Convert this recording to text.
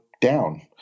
down